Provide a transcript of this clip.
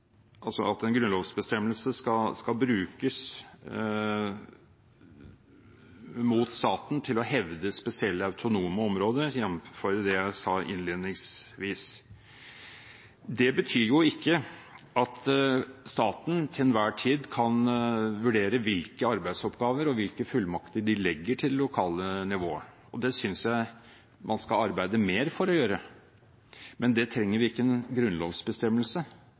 grunnlovsbestemmelse skal brukes mot staten til å hevde spesielle autonome områder, jevnfør det jeg sa innledningsvis. Det betyr ikke at staten til enhver tid kan vurdere hvilke arbeidsoppgaver og hvilke fullmakter de legger til det lokale nivået, og det synes jeg man skal arbeide mer for å gjøre, men det trenger vi ingen grunnlovsbestemmelse